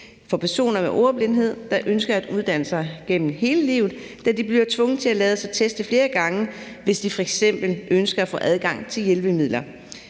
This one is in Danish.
for personer med ordblindhed, der ønsker at uddanne sig gennem hele livet, da de bliver tvunget til at lade sig teste flere gange, hvis de f.eks. ønsker at få adgang til hjælpemidler